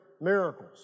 miracles